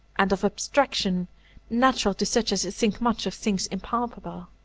and of abstraction natural to such as think much of things impalpable.